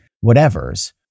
whatever's